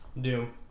Doom